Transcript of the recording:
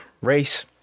race